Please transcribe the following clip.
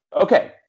Okay